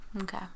Okay